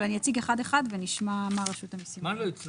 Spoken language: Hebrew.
אבל אני אציג את זה אחד אחד ונשמע מה רשות המסים אומרים.